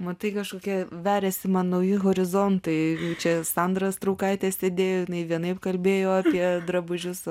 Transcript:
matai kažkokie veriasi man nauji horizontai čia sandra straukaitė sėdėjo jinai vienaip kalbėjo apie drabužius